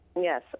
yes